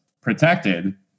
protected